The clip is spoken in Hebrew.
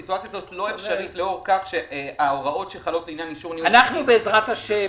המצב הזה לא אפשרי לא אפשרי לאור כך- -- בעז"ה בפעם